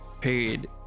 period